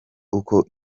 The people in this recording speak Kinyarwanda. uko